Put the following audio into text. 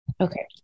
okay